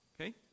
Okay